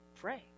Pray